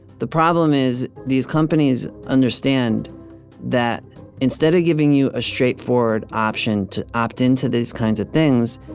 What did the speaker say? the problem is these companies understand that instead of giving you a straightforward option to opt into these kinds of things,